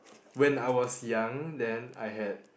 when I was young then I had